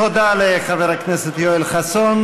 תודה לחבר הכנסת יואל חסון.